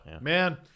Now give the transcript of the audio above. Man